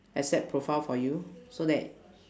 asset profile for you so that